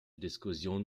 diskussion